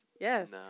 Yes